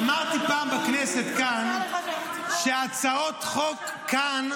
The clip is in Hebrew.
אמרתי פעם בכנסת כאן שהצעות חוק כאן,